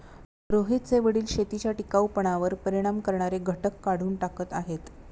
रोहितचे वडील शेतीच्या टिकाऊपणावर परिणाम करणारे घटक काढून टाकत आहेत